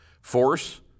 Force